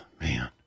man